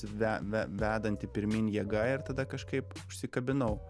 ve ve vedanti pirmyn jėga ir tada kažkaip užsikabinau